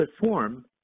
perform